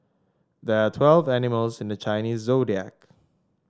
there are twelve animals in the Chinese Zodiac